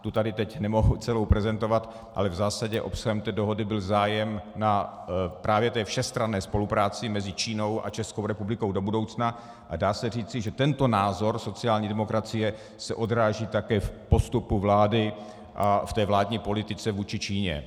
Tu tady teď nemohu celou prezentovat, ale v zásadě obsahem té dohody byl zájem na právě všestranné spolupráci mezi Čínou a Českou republikou do budoucna, a dá se říci, že tento názor sociální demokracie se odráží také v postupu vlády a ve vládní politice vůči Číně.